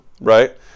right